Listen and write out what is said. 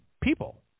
people